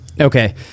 Okay